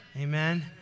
amen